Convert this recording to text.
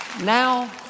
Now